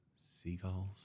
seagulls